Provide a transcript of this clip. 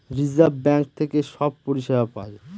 reserve bank থেকে সব পরিষেবা পায়